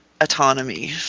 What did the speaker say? autonomy